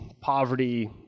poverty